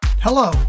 Hello